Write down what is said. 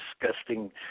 disgusting